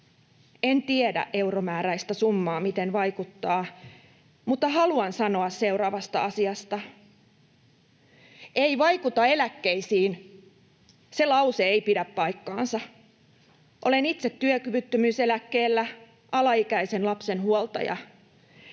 ”En tiedä euromääräistä summaa, miten vaikuttaa, mutta haluan sanoa seuraavasta asiasta: ’ei vaikuta eläkkeisiin’ — se lause ei pidä paikkaansa. Olen itse työkyvyttömyyseläkkeellä, alaikäisen lapsen huoltaja.